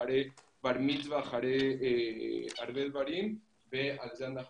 אחרי בר מצווה אחרי הרבה דברים וזה אנחנו